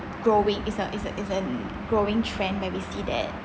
growing is a is a is an growing trend may be see that